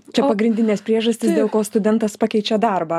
čia pagrindinės priežastys dėl ko studentas pakeičia darbą